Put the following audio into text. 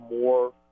more